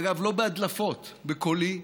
אגב, לא בהדלפות, בקולי,